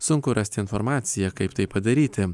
sunku rasti informaciją kaip tai padaryti